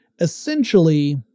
essentially